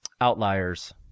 Outliers